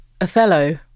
Othello